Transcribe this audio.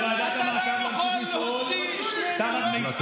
לוועדת המעקב להמשיך לפעול תחת מיצג,